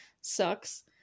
sucks